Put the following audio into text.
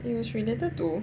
it was related to